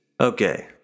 Okay